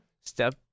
step